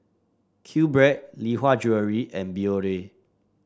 Q Bread Lee Hwa Jewellery and Biore